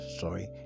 sorry